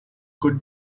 could